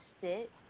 sit